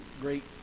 great